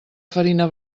farina